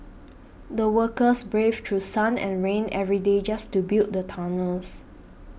the workers braved through sun and rain every day just to build the tunnels